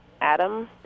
Adam